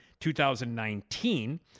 2019